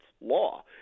law